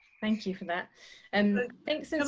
thank you for that and thanks.